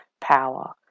power